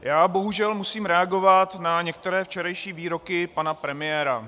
Já bohužel musím reagovat na některé včerejší výroky pana premiéra.